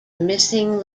missing